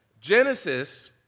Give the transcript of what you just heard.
Genesis